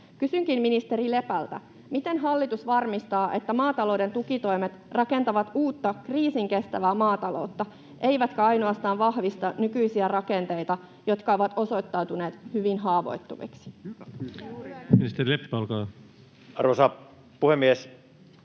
Kysynkin ministeri Lepältä: miten hallitus varmistaa, että maatalouden tukitoimet rakentavat uutta, kriisinkestävää maataloutta eivätkä ainoastaan vahvista nykyisiä rakenteita, jotka ovat osoittautuneet hyvin haavoittuviksi? Ministeri Leppä, olkaa hyvä. Arvoisa puhemies!